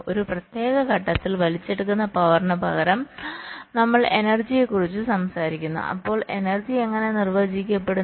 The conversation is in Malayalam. ഒരു പ്രത്യേക ഘട്ടത്തിൽ വലിച്ചെടുക്കുന്ന പവറിന് പകരം നമ്മൾ എനർജിയെക്കുറിച്ച് സംസാരിക്കുന്നു അപ്പോൾ എനർജി എങ്ങനെ നിർവചിക്കപ്പെടുന്നു